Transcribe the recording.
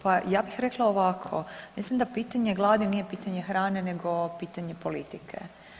Pa ja bih rekla ovako, mislim da pitanje gladi nije pitanje hrane nego pitanje politike.